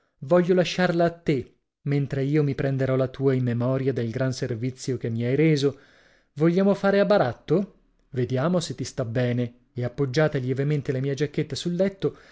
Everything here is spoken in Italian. voglio lasciarla a te mentre io mi prenderò la tua in memoria del gran servizio che mi hai reso vogliamo fare a baratto vediamo se ti sta bene e appoggiata lievemente la mia giacchetta sul letto